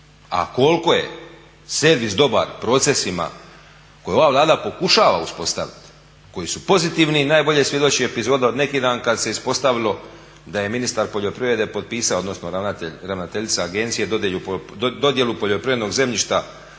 A koliko je servis dobar procesima koje ova Vlada pokušava uspostaviti, koji su pozitivni najbolje svjedoči epizoda od neki dan kada se ispostavilo da je ministar poljoprivrede odnosno ravnateljica agencije dodjelu poljoprivrednog zemljišta